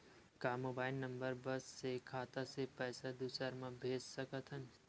का mobile number बस से खाता से पईसा दूसरा मा भेज सकथन?